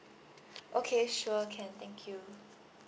okay sure can thank you